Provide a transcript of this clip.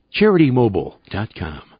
CharityMobile.com